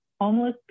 homeless